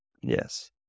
yes